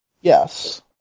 Yes